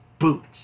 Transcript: boots